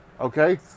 okay